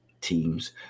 teams